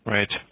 Right